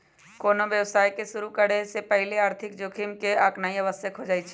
कोनो व्यवसाय के शुरु करे से पहिले आर्थिक जोखिम के आकनाइ आवश्यक हो जाइ छइ